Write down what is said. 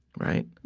right?